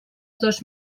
dos